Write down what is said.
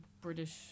British